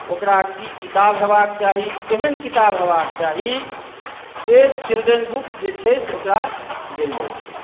ओकरा की किताब हेबाक चाही केहन किताब होयबाक चाही से चिल्ड्रेन बुक जे छै से ओकरा देल जाइ छै